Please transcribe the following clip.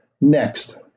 next